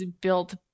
built